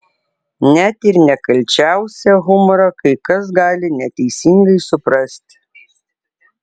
net ir nekalčiausią humorą kai kas gali neteisingai suprasti